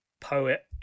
poet